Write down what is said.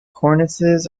cornices